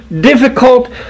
difficult